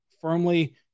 firmly